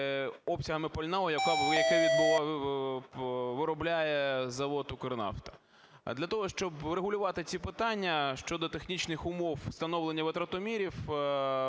обсягами пального, яке виробляє завод "Укрнафта". А для того, щоб врегулювати ці питання щодо технічних умов встановлення витратомірів